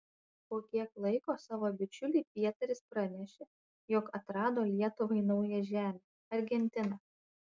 po kiek laiko savo bičiuliui pietaris pranešė jog atrado lietuvai naują žemę argentiną